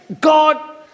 God